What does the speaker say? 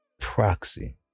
proxy